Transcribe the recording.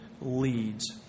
leads